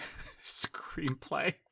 screenplay